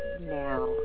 now